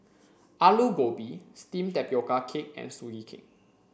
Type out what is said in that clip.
Aloo Gobi steamed tapioca cake and Sugee Cake